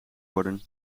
worden